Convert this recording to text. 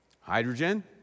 hydrogen